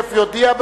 להשתתף יודיע.